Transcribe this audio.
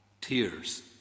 tears